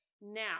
Now